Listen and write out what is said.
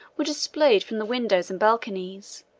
were displayed from the windows and balconies,